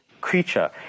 creature